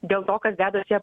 dėl to kas dedasi